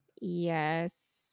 Yes